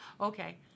Okay